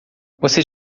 você